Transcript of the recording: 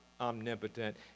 omnipotent